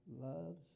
loves